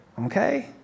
Okay